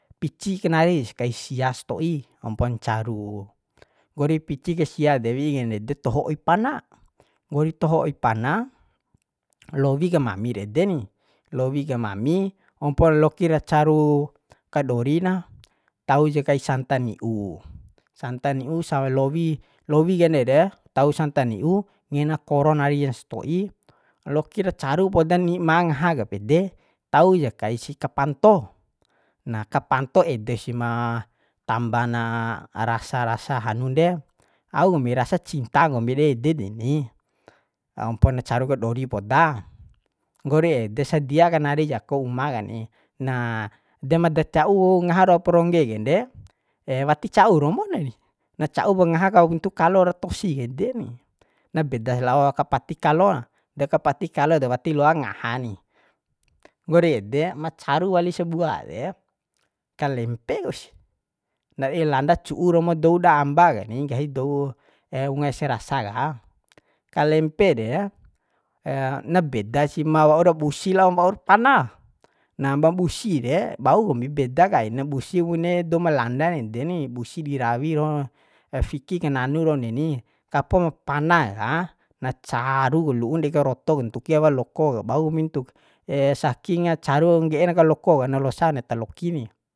Pici kanari keis sia sto'i ompon caru nggori pici kai sia de wi'i kandede toho oi pana nggori toho oi pana lowi kamamir ede ni lowi kamami ompo lokir caru kadori na tauja kai santa ni'u santa ni'u sa lowi lowi ande re tau santa ni'u ngena koro nari jan sto'i lokir caru poda ni'ma na ngaha ka pede ta ja kai si kapanto nah kapanto ede si ma tamba na rasa rasa hanun de au kombi rasa cinta kombi dei ede deni ompon caru kadori poda nggori ede sadia kanari jaku uma kani nah de ma daca'u ngaha ro'o prongge kande wati ca'u romo na ni naca'u pa ngaha kawuntu kalo ra tosik ede ni na bedas lao kapati kalo na de kpati kalo dewati loak ngaha ni nggori ede ma caru wali sabua de kalempe kusi ndadi landa cu'u romo dou da amba kani nggahi dou eunga ese rasa ka kalempe de na beda si ma waur busi laom waur pana na bommbusi re bau kombi beda kaina mbusi bune doumalandan ede ni busi dirawi doho fiki kananu raun deni kapo mo pana ngo pana ka na caru lu'un dei karoto ntuki awa loko ka bau kombi ntuk saking caru ngge'en aka loko ka na losan ta loki ni